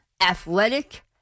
athletic